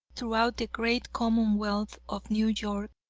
throughout the great commonwealth of new york,